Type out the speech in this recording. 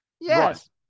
yes